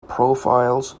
profiles